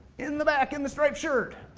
in the back, in the striped shirt.